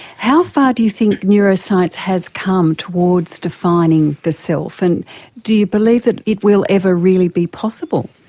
how far do you think neuroscience has come towards defining the self, and do you believe that it will ever really be possible?